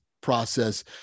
process